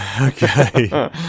okay